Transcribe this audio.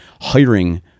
hiring